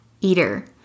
eater